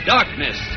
Darkness